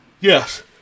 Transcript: Yes